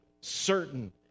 certain